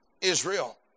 Israel